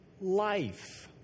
life